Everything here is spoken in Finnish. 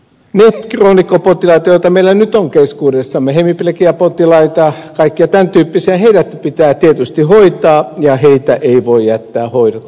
ne kroonikkopotilaat joita meillä nyt on keskuudessamme hemiplegiapotilaat kaikki tämän tyyppiset pitää tietysti hoitaa eikä heitä voi jättää hoidotta